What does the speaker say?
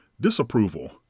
disapproval